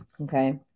Okay